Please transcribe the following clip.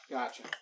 Gotcha